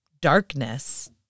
darkness